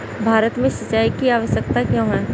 भारत में सिंचाई की आवश्यकता क्यों है?